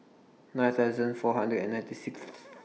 nine thousand four hundred and ninety Sixth